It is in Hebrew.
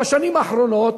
בשנים האחרונות,